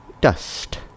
Dust